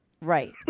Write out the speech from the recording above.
Right